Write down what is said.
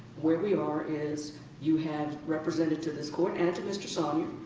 where we are is you have represented to this court, and to mr. sonner,